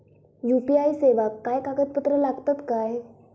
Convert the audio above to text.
UPI सेवाक काय कागदपत्र लागतत काय?